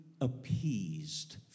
appeased